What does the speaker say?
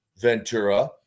Ventura